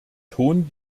ton